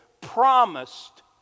promised